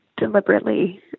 deliberately